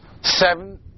seven